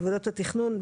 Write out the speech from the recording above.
בוועדות התכנון,